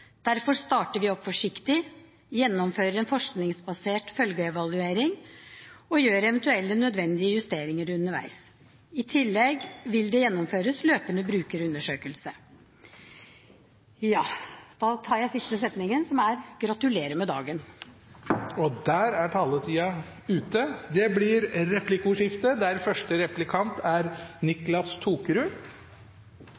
Derfor starter vi opp forsiktig, gjennomfører en forskningsbasert følgeevaluering og gjør eventuelle nødvendige justeringer underveis. I tillegg vil det gjennomføres løpende brukerundersøkelser. Da tar jeg den siste setningen, som er: Gratulerer med dagen!